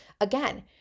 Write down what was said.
again